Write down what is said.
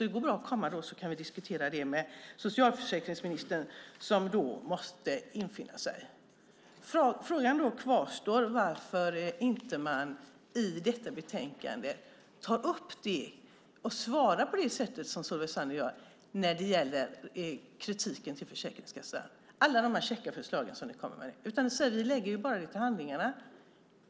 Det går bra att komma då så kan vi diskutera det med socialförsäkringsministern som då måste infinna sig. Frågan kvarstår varför man inte i detta betänkande tar upp det och svarar på det sätt som Solveig Zander gör när det gäller kritiken mot Försäkringskassan. Ni kommer med käcka förslag, men kritiken lägger ni bara till handlingarna.